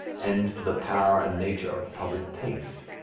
and to the power and nature of the public taste.